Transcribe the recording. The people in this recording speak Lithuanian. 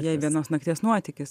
jei vienos nakties nuotykis